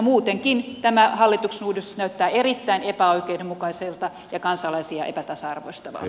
muutenkin tämä hallituksen uudistus näyttää erittäin epäoikeudenmukaiselta ja kansalaisia epätasa arvoistavalta